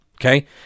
Okay